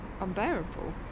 unbearable